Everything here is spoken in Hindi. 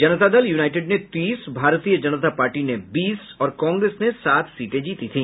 जनता दल युनाईटेड ने तीस भारतीय जनता पार्टी ने बीस और कांग्रेस ने सात सीटें जीती थी